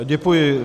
Děkuji.